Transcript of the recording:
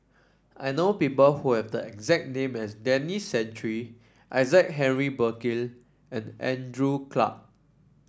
I know people who have the exact name as Denis Santry Isaac Henry Burkill and Andrew Clarke